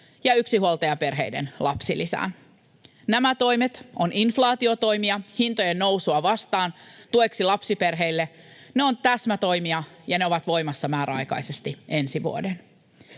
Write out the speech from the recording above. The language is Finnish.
ja yksinhuoltajaperheiden lapsilisään. Nämä toimet ovat inflaatiotoimia hintojen nousua vastaan tueksi lapsiperheille. Ne ovat täsmätoimia, ja ne ovat voimassa määräaikaisesti ensi vuoden.